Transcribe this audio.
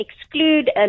exclude